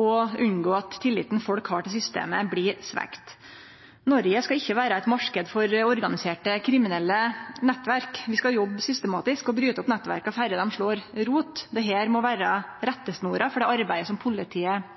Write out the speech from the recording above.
og unngå at tilliten folk har til systemet, blir svekt. Norge skal ikkje vere ein marknad for organiserte kriminelle nettverk. Vi skal jobbe systematisk og bryte opp nettverka før dei slår rot. Dette må vere rettesnora for det arbeidet som politiet